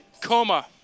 coma